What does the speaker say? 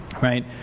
right